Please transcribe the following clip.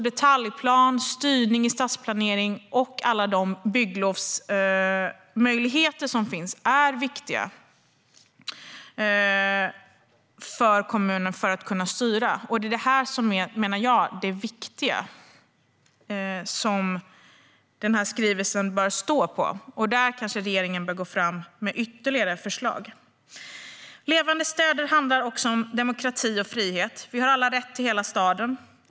Detaljplan, styrning i stadsplanering och alla de bygglovsmöjligheter som finns är alltså viktiga för att kommunen ska kunna styra. Detta är, menar jag, det viktiga som skrivelsen bör stå på. Där bör kanske regeringen gå fram med ytterligare förslag. Levande städer handlar också om demokrati och frihet. Vi har alla rätt till hela staden.